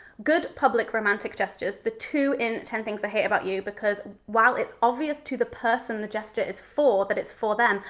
good public romantic gestures, the two in ten things i hate about you because while it's obvious to the person the gesture is for that it's for them,